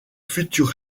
futur